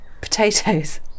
Potatoes